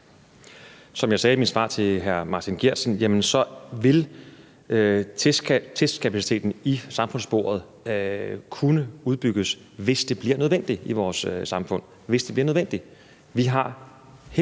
Som jeg sagde i mit svar til hr. Martin Geertsen, vil testkapaciteten i samfundssporet kunne udbygges, hvis det bliver nødvendigt i vores samfund – hvis det bliver nødvendigt.